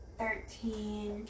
thirteen